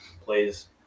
plays